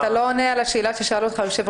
אתה לא עונה לשאלה של היושב-ראש.